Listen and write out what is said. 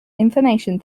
information